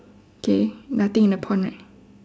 okay nothing in the pond right